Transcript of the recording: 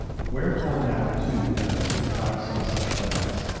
wherefore now too let us contrive some such device,